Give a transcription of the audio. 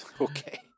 Okay